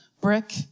brick